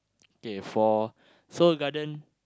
okay for Seoul-Garden